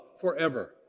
forever